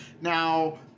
Now